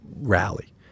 rally